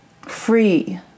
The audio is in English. free